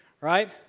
right